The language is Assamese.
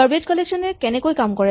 গাৰবেজ কলেকচন এ কেনেকৈ কাম কৰে